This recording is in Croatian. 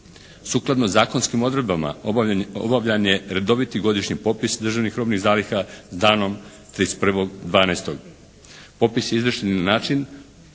Sukladno zakonskim odredbama obavljan je redoviti godišnji popis državnih robnih zaliha s danom 31.12. Popis je izvršen na način